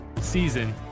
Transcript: season